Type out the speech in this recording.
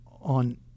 on